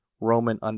Roman